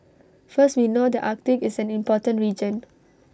first we know the Arctic is an important region